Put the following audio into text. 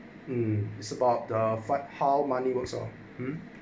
mm it's about the fight how money works ah mmhmm